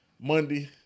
Monday